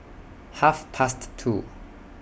Half Past two